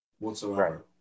whatsoever